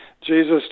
Jesus